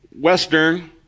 Western